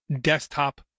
desktop